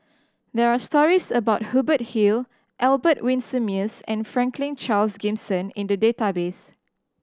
there are stories about Hubert Hill Albert Winsemius and Franklin Charles Gimson in the database